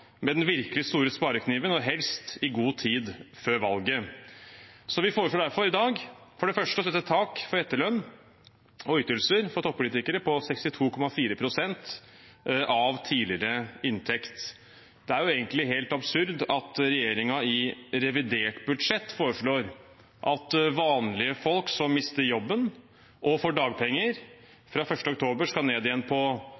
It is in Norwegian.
med den virkelig store sparekniven, og helst i god tid før valget. Vi foreslår derfor i dag for det første å sette et tak for etterlønn og ytelser for toppolitikere på 62,4 pst. av tidligere inntekt. Det er egentlig helt absurd at regjeringen i revidert budsjett foreslår at vanlige folk som mister jobben og får dagpenger, fra 1. oktober skal ned igjen på